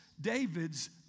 David's